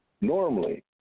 normally